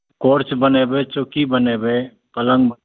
कोर्च बनेबै चौकी बनेबै पलङ्ग